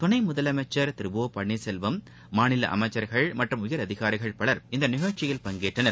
துணை முதலமைச்சர் திரு ஓ பன்னீர்செல்வம் மாநில அமைச்சர்கள் மற்றும் உயரதிகாரிகள் பலர் இந்த நிகழ்ச்சியில் பங்கேற்றனர்